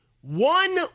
one